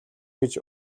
гэж